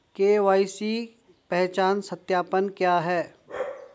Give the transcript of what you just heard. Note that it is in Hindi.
के.वाई.सी पहचान सत्यापन क्या है?